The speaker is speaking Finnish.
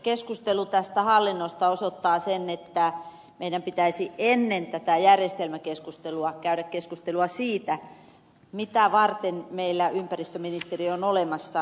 keskustelu tästä hallinnosta osoittaa sen että meidän pitäisi ennen tätä järjestelmäkeskustelua käydä keskustelua siitä mitä varten meillä ympäristöministeriö on olemassa